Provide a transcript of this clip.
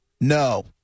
no